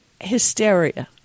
hysteria